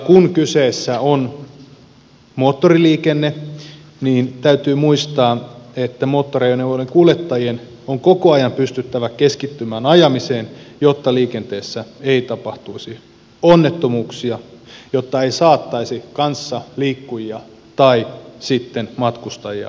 kun kyseessä on moottoriliikenne niin täytyy muistaa että moottoriajoneuvojen kuljettajien on koko ajan pystyttävä keskittymään ajamiseen jotta liikenteessä ei tapahtuisi onnettomuuksia jotta ei saattaisi kanssaliikkujia tai sitten matkustajia vaaraan